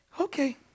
Okay